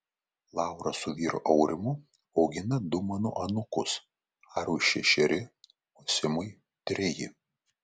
laura su vyru aurimu augina du mano anūkus arui šešeri o simui treji